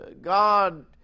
God